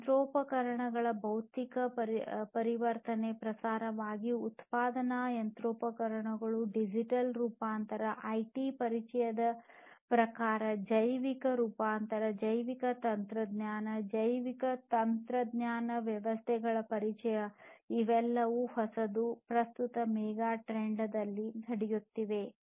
ಯಂತ್ರೋಪಕರಣಗಳ ಭೌತಿಕ ಪರಿವರ್ತನೆ ಪ್ರಕಾರವಾಗಿ ಉತ್ಪಾದನಾ ಯಂತ್ರೋಪಕರಣಗಳು ಡಿಜಿಟಲ್ ರೂಪಾಂತರ ಐಟಿ ಪರಿಚಯದ ಪ್ರಕಾರ ಜೈವಿಕ ರೂಪಾಂತರ ಜೈವಿಕ ತಂತ್ರಜ್ಞಾನ ಜೈವಿಕ ತಂತ್ರಜ್ಞಾನ ವ್ಯವಸ್ಥೆಗಳ ಪರಿಚಯ ಇವೆಲ್ಲವೂ ಹೊಸದು ಪ್ರಸ್ತುತ ಮೆಗಾಟ್ರೆಂಡ್ ನಲ್ಲಿ ನಡೆಯುತ್ತಿವೆ